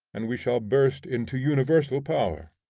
and we shall burst into universal power.